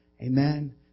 Amen